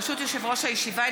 ברשות יושב-ראש הישיבה,